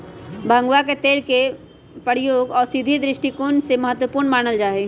भंगवा के बीज के तेल के प्रयोग औषधीय दृष्टिकोण से महत्वपूर्ण मानल जाहई